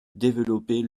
développer